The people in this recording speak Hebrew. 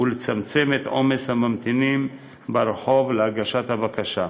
ולצמצם את עומס הממתינים ברחוב להגשת הבקשה.